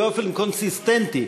באופן קונסיסטנטי,